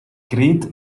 geriet